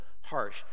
harsh